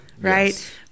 right